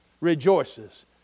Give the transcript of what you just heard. rejoices